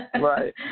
Right